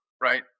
right